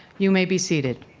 you may be seated.